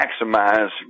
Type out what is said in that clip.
maximize